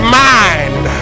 mind